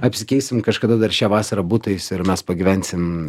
apsikeisim kažkada dar šią vasarą butais ir mes pagyvensim